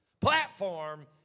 platform